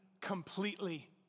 completely